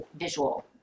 visual